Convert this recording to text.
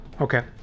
Okay